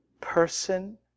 person